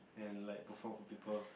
and like perform for people